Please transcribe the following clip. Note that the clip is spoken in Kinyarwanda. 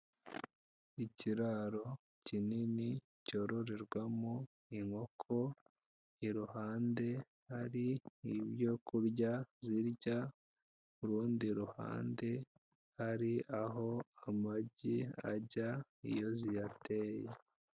Ikiraro kinini, cyororerwamo inkoko, iruhande hari n'ibyo kurya zirya, urundi ruhande hari aho amagi ajya iyo ziyateye.